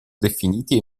definiti